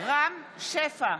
רם שפע,